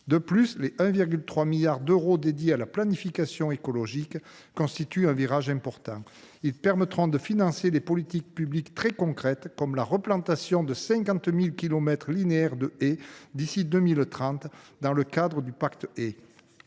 l’enveloppe de 1,3 milliard d’euros consacrée à la planification écologique constitue un virage important. Elle permettra de financer des politiques publiques très concrètes, comme la replantation de 50 000 kilomètres linéaires de haies d’ici à 2030 dans le cadre du pacte en